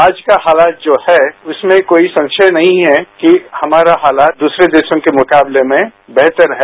आज का हालात जो है उसमें कोई संशय नहीं है कि हमारा हालात दूसरे देशों के मुकाबले में बेहतर है